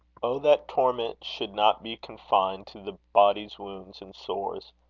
o that torment should not be confined to the body's wounds and sores,